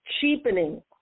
cheapening